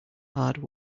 hard